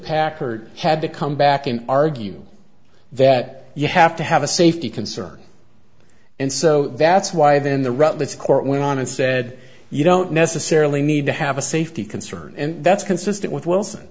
packard had to come back and argue that you have to have a safety concern and so that's why then the rest of this court went on and said you don't necessarily need to have a safety concern and that's consistent with wilson